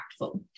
impactful